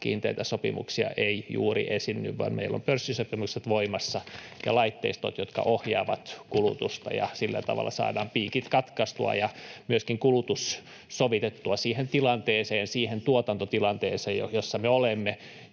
kiinteitä sopimuksia ei juuri esiinny vaan meillä on pörssisopimukset voimassa ja laitteistot, jotka ohjaavat kulutusta. Sillä tavalla saadaan piikit katkaistua ja myöskin kulutus sovitettua siihen tilanteeseen, siihen tuotantotilanteeseen, jossa me olemme,